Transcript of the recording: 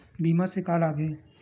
बीमा से का लाभ हे?